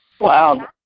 Wow